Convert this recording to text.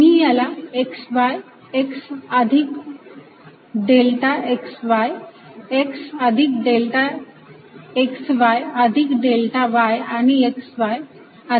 मी याला xy x अधिक delta xy x अधिक डेल्टा xy अधिक डेल्टा y आणि xy अधिक डेल्टा y करत आहे